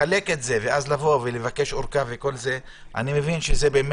לחלק את זה ולבקש ארכה - זה מסורבל.